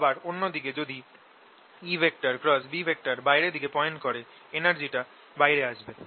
আবার অন্য দিকে যদি EB বাইরের দিকে পয়েন্ট করে এনার্জি টা বাইরে আসবে